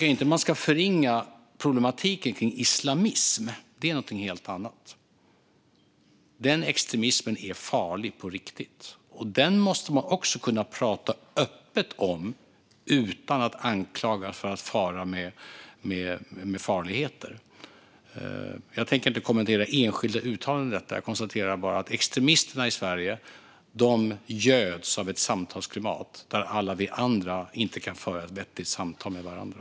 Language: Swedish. Man ska dock inte förringa problematiken kring islamism, för det är något helt annat. Denna extremism är farlig på riktigt, och den måste man kunna prata öppet om utan att anklagas för att fara med farligheter. Jag tänker inte kommentera enskilda uttalanden utan konstaterar bara att extremisterna i Sverige göds av ett samtalsklimat där alla vi andra inte kan föra ett vettigt samtal med varandra.